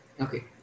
Okay